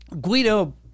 Guido